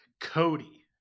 Cody